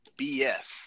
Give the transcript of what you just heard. BS